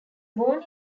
born